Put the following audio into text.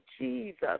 Jesus